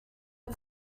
est